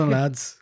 lads